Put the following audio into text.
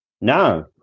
No